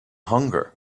hunger